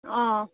अँ